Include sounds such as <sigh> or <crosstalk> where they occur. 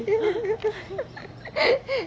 <laughs>